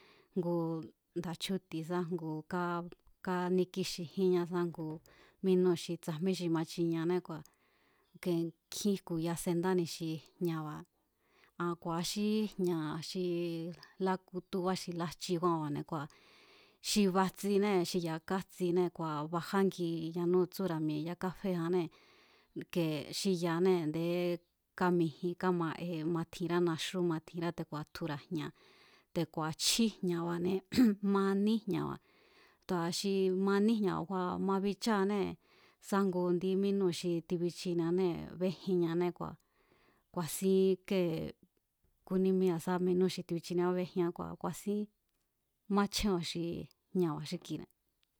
Jngu nda chjúti̱ sá jngu ká káníkíxijínñá ku̱ mínúu̱ tsajmí xi ma chinieané kua̱ ke nkjín jku̱ya sendani xi jña̱ba̱ an ku̱a̱a xí jña̱ lákútubá xi lájchí kjúánbá xi ba jtsinée̱ xi ya̱a ká jtsinee̱ kua̱ ba̱jángi yanúu̱ tsúra̱ mi̱e̱ yakáféjannée̱ ike xi yaanée̱ ndé kámijin kama'e matjinrá naxú matjinrá te̱ku̱a̱ tjura̱ jña̱ te̱ku̱a̱ chjí jña̱ba̱ne̱ ma aní jña̱ba̱ te̱ku̱a̱ xi maaní jña̱ba̱ ma bicháanée̱ sa ngu indí mínúu̱ tibichinianée̱ béjinñanée̱ kua̱ ku̱a̱sin kée kúní mía̱ sá mínú xi tibichiniá béjián kua̱ ku̱a̱sínmáchjéo̱ xi jña̱ba̱ xi kuine̱.